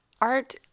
Art